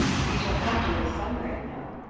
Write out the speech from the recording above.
we shall have to live somewhere, you know,